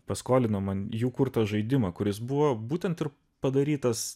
paskolino man jų kurtą žaidimą kuris buvo būtent ir padarytas